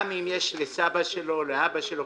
גם אם יש לסבא שלו או לאבא שלו,